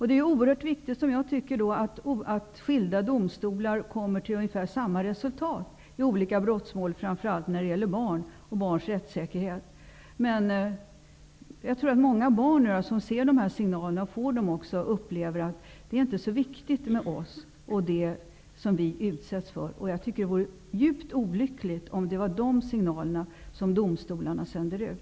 Det är oerhört viktigt att skilda domstolar kommer till ungefär samma resultat i olika brottmål, framför allt när det gäller barn och barns rättssäkerhet. Jag tror att många barn som får dessa signaler upplever att det inte är så viktigt med dem och vad de utsätts för. Det är djupt olyckligt om domstolarna sänder ut de signalerna.